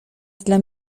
dla